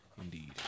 Indeed